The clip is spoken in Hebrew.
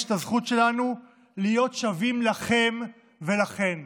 את הזכות שלנו להיות שווים לכם ולכן,